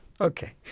Okay